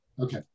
Okay